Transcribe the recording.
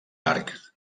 arc